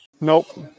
Nope